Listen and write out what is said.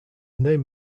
name